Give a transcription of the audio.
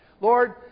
Lord